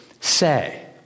say